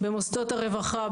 במוסדות הרווחה,